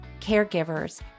Caregivers